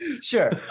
Sure